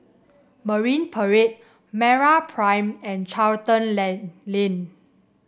Marine Parade MeraPrime and Charlton Lane